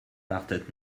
wartet